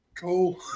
Cool